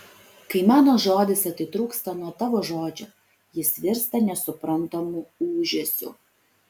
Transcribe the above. kai mano žodis atitrūksta nuo tavo žodžio jis virsta nesuprantamu ūžesiu